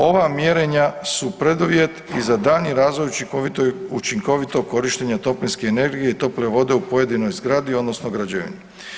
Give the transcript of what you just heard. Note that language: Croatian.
Ova mjerenja su preduvjet i za daljnji razvoj i učinkovito korištenje toplinske energije i tople vode u pojedinoj zgradi odnosno građevini.